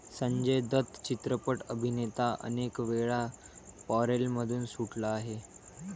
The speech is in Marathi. संजय दत्त चित्रपट अभिनेता अनेकवेळा पॅरोलमधून सुटला आहे